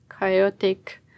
chaotic